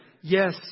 Yes